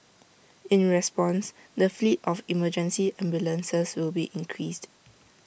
in response the fleet of emergency ambulances will be increased